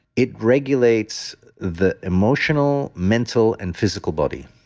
it regulates the emotional, mental, and physical body.